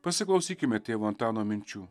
pasiklausykime tėvo antano minčių